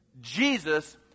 Jesus